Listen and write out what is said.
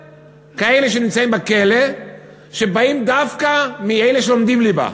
נמצאים בכלא יותר כאלה שבאים דווקא מאלה שלומדים ליבה.